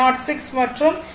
106 மற்றும் C2 37